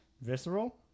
visceral